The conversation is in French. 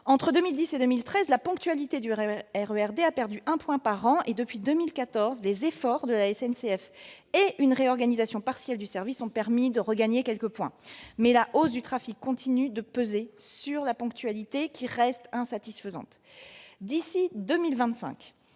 Entre 2010 et 2013, elle a perdu un point par an. Depuis 2014, les efforts de la SNCF et une réorganisation partielle du service ont permis de regagner quelques points, mais la hausse du trafic continue de peser sur la ponctualité, qui reste insatisfaisante. D'ici à 2025,